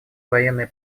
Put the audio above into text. военное